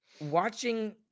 watching